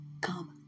come